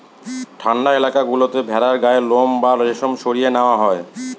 ঠান্ডা এলাকা গুলোতে ভেড়ার গায়ের লোম বা রেশম সরিয়ে নেওয়া হয়